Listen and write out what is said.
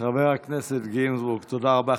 חבר הכנסת גינזבורג, תודה רבה.